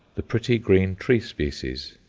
the pretty green tree species,